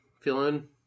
feeling